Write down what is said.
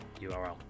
URL